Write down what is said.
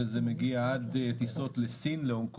וזה מגיע עד טיסות לסין, הונג קונג,